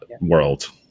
world